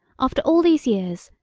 after all these years,